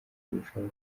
kurushaho